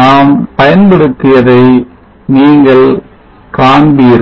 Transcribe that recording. நாம் பயன்படுத்தியதை நீங்கள் காண்பீர்கள்